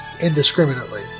indiscriminately